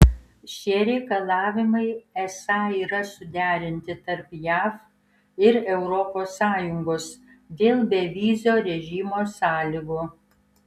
šie reikalavimai esą yra suderinti tarp jav ir europos sąjungos dėl bevizio režimo sąlygų